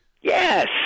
Yes